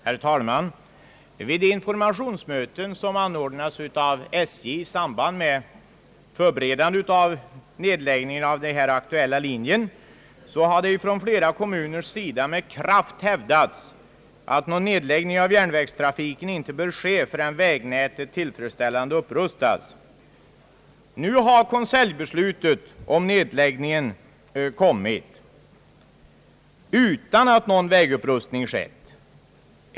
Herr talman! Vid de informationsmöten som anordnats av SJ i samband med förberedande av nedläggningen av den här aktuella linjen har från flera kommuners sida med kraft hävdats, att någon nedläggning av järnvägstrafiken inte bör ske förrän vägnätet tillfredsställande upprustats. Nu har konseljbeslutet om nedläggningen kommit utan att någon vägupprustning har skett.